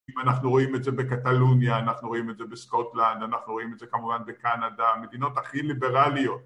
אם אנחנו רואים את זה בקטלוניה, אנחנו רואים את זה בסקוטלנד, אנחנו רואים את זה כמובן בקנדה, מדינות הכי ליברליות